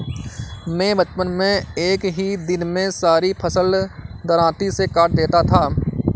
मैं बचपन में एक ही दिन में सारी फसल दरांती से काट देता था